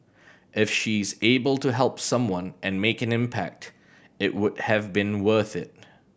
if she is able to help someone and make an impact it would have been worth it